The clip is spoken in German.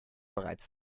bereits